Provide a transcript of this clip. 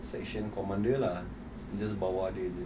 section commander lah just bawah dia jer